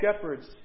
shepherds